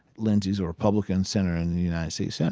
lindsey's a republican senator in the united states yeah